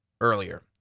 earlier